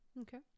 Okay